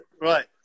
Right